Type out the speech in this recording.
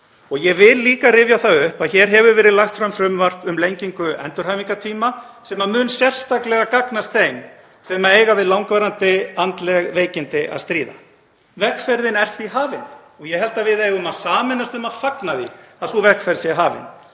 Ég vil líka rifja það upp að hér hefur verið lagt fram frumvarp um lengingu endurhæfingartíma sem mun sérstaklega gagnast þeim sem eiga við langvarandi andleg veikindi að stríða. Vegferðin er því hafin og ég held að við eigum að sameinast um að fagna því að sú vegferð sé hafin.